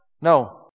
No